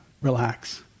relax